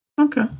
Okay